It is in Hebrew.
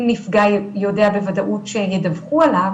אם נפגע יודע בוודאות שידווחו עליו,